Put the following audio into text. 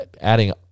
adding